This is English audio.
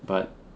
but